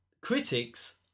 critics